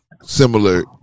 similar